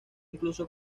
incluso